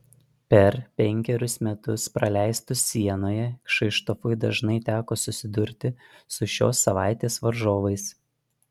per penkerius metus praleistus sienoje kšištofui dažnai teko susidurti su šios savaitės varžovais